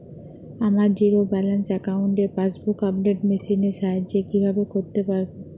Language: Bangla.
আমার জিরো ব্যালেন্স অ্যাকাউন্টে পাসবুক আপডেট মেশিন এর সাহায্যে কীভাবে করতে পারব?